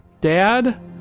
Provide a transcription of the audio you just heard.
Dad